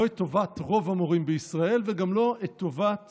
לא את טובת רוב המורים בישראל וגם לא את טובת